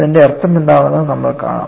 അതിൻറെ അർത്ഥമെന്താണെന്ന് നമ്മൾ കാണും